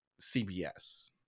CBS